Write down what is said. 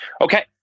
Okay